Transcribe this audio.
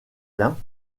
lin